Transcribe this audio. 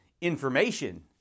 information